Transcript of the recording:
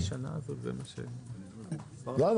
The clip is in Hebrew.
למה?